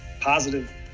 positive